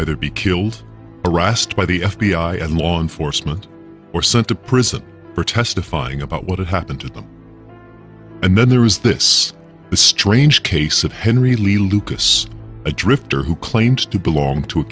either be killed or asked by the f b i and law enforcement or sent to prison for testifying about what had happened to them and then there is this strange case of henry lee lucas a drifter who claims to belong to a